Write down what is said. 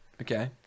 okay